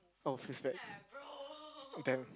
orh feels bad damn